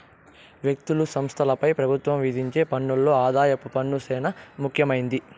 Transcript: వ్యక్తులు, సంస్థలపై పెబుత్వం విధించే పన్నుల్లో ఆదాయపు పన్ను సేనా ముఖ్యమైంది